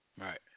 right